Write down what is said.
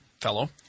fellow